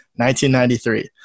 1993